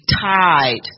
tied